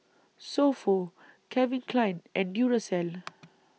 So Pho Calvin Klein and Duracell